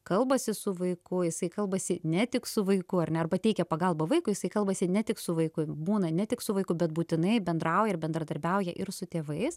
kalbasi su vaiku jisai kalbasi ne tik su vaiku ar ne arba teikia pagalbą vaikui jisai kalbasi ne tik su vaiku būna ne tik su vaiku bet būtinai bendrauja ir bendradarbiauja ir su tėvais